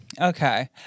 Okay